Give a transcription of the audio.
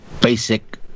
Basic